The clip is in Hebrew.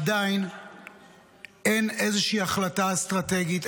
ועדיין אין איזושהי החלטה אסטרטגית,